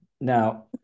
Now